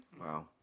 Wow